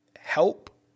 help